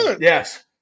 Yes